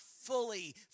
fully